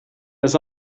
has